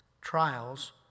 Trials